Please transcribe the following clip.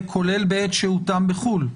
כולל בעת שהותם בחו"ל,